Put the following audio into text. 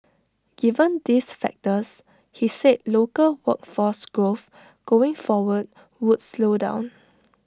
given these factors he said local workforce growth going forward would slow down